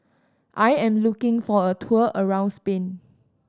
I am looking for a tour around Spain